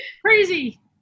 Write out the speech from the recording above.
crazy